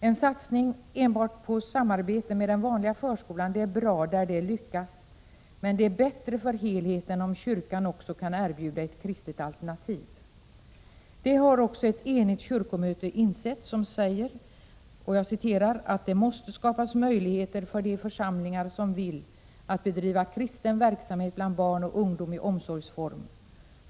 En satsning enbart på samarbete med den vanliga förskolan är bra, där det lyckas, men det är bättre för helheten om kyrkan också kan erbjuda ett kristet alternativ. Detta har även ett enigt kyrkomöte insett. Kyrkomötet säger ”att det måste skapas möjligheter för de församlingar som vill att bedriva kristen verksamhet bland barn och ungdom i omsorgsform.